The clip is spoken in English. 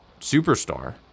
superstar